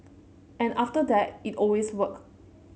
and after that it always worked